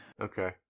Okay